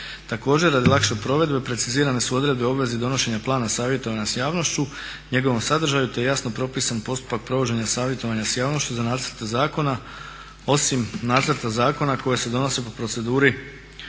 Također, radi lakše provedbe precizirane su odredbe u obvezi donošenja plana savjetovanja s javnošću, njegovom sadržaju te je jasno propisan postupak provođenja savjetovanja s javnošću za nacrte zakona osim nacrta zakona koji se donose po proceduri